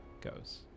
goes